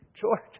George